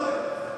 יכול להיות.